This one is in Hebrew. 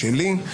שלי,